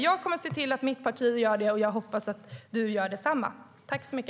Jag kommer att se till att mitt parti gör det, och jag hoppas att du, Hanif Bali, gör detsamma.